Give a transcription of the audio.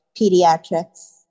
pediatrics